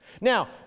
Now